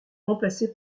remplacé